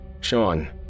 Sean